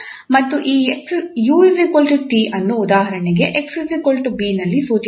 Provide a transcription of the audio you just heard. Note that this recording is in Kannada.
ಮತ್ತು ಈ 𝑢 𝑇 ಅನ್ನು ಉದಾಹರಣೆಗೆ 𝑥 𝑏 ನಲ್ಲಿ ಸೂಚಿಸಲಾಗುತ್ತದೆ